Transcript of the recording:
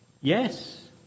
Yes